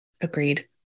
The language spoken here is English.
Agreed